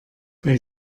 bei